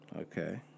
Okay